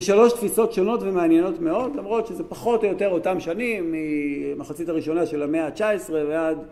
שלוש תפיסות שונות ומעניינות מאוד, למרות שזה פחות או יותר אותן שנים, ממחצית הראשונה של המאה התשע-עשרה ועד...